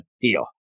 deal